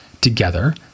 Together